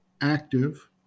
active